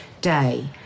day